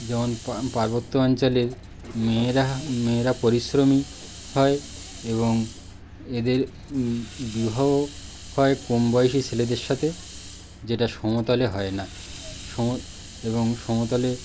যেমন পার্বত্য অঞ্চলে মেয়েরা মেয়েরা পরিশ্রমী হয় এবং এদের বিবাহ হয় কমবয়সী ছেলেদের সাথে যেটা সমতলে হয় না সম এবং সমতলে